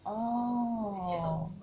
oh